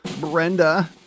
Brenda